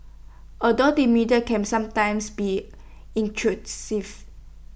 although the media can sometimes be intrusive